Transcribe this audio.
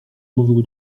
mówi